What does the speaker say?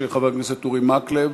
חבר הכנסת אורי מקלב,